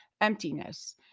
emptiness